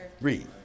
read